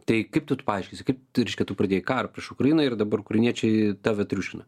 tai kaip tu paaiškinsi kaip reiškia tu pradėjai karą prieš ukrainą ir dabar ukrainiečiai tave triuškina